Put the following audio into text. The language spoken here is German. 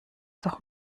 doch